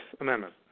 Amendment